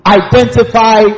identify